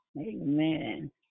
Amen